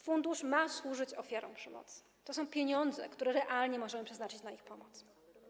Fundusz ma służyć ofiarom przemocy, to są pieniądze, które realnie możemy przeznaczyć na ich pomoc.